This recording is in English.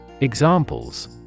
Examples